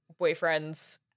boyfriends